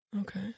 Okay